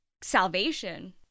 salvation